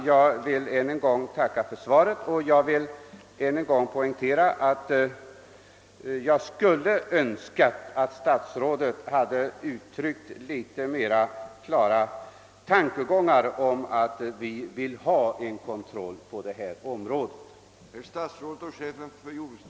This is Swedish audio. Jag vill än en gång tacka för svaret och poängtera att jag hade önskat att statsrådet där hade uttryckt litet mer klara tankegångar om nödvändigheten av en kontroll på detta område, och hur man arbetar för genomförandet av en sådan.